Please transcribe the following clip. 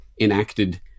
enacted